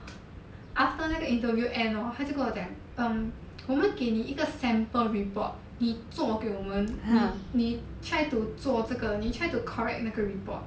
after 那个 interview end hor 他就跟我讲 um 我们给你一个 sample report 你做给我们你你 try to 做这个你 try to correct 那个 report